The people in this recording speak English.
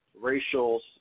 racial